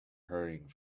hurrying